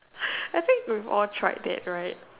I think we have all tried that right